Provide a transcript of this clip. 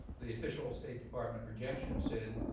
the official state department rejection said,